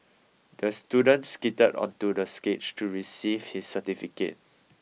the student skated onto the stage to receive his certificate